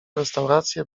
restaurację